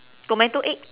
tomato egg